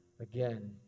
again